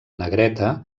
negreta